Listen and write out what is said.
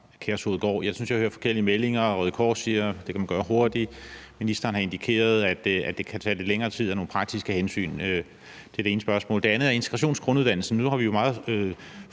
jeg hører forskellige meldinger. Røde Kors siger, at det kan man gøre hurtigt, og ministeren har indikeret, at det kan tage lidt længere tid, og at der er nogle praktiske hensyn. Det er det ene spørgsmål. Det andet er om integrationsgrunduddannelsen.